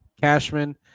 Cashman